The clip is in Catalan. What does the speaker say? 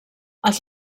als